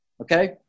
Okay